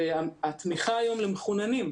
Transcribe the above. והתמיכה היום למחוננים,